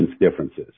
differences